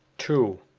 two.